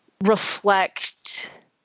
reflect